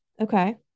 Okay